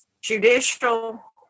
judicial